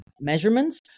measurements